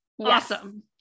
Awesome